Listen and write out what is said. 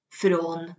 från